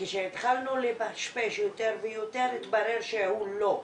וכשהתחלנו לפשפש יותר ויותר התברר שהוא לא.